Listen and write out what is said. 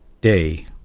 Day